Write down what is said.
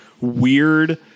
weird